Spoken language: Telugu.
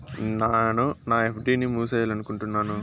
నేను నా ఎఫ్.డి ని మూసేయాలనుకుంటున్నాను